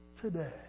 today